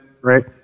right